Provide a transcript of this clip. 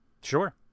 Sure